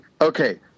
Okay